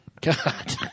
God